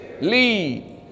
lead